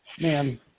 man